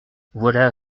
voilà